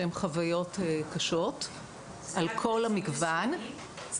שהן חוויות קשות על כל המגוון.